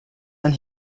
and